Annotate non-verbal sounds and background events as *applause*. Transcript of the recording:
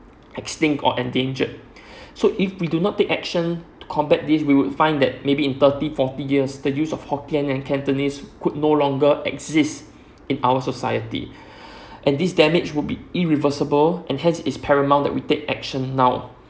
extinct or endangered *breath* so if we do not take action to combat this we would find that maybe in thirty forty years the use of hokkien and cantonese could no longer exist in our society *breath* and this damage would be irreversible and hence is paramount that we take action now